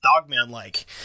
Dogman-like